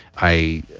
i.